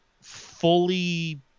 fully